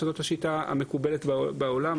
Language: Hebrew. שהיא השיטה המקובלת בעולם,